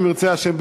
אם ירצה השם,